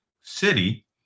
city